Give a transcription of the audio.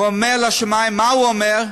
הוא אומר לשמים, מה הוא אומר?